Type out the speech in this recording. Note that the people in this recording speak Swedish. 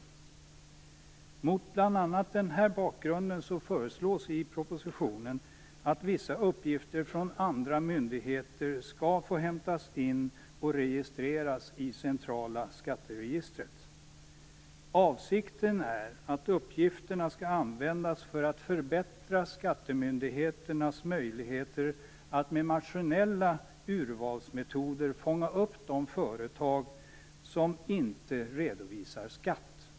Mot bl.a. den bakgrunden föreslås i propositionen att vissa uppgifter från andra myndigheter skall få hämtas in och registreras i det centrala skatteregistret. Avsikten är att uppgifterna skall användas för att förbättra skattemyndigheternas möjligheter att med maskinella urvalsmetoder fånga upp de företag som inte redovisar skatt.